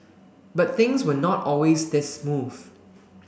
but things were not always this smooth